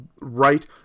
right